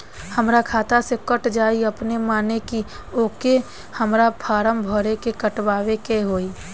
हमरा खाता से कट जायी अपने माने की आके हमरा फारम भर के कटवाए के होई?